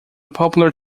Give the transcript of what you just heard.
popular